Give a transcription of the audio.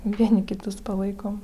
vieni kitus palaikom